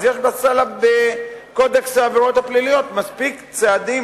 יש בקודקס העבירות הפליליות מספיק צעדים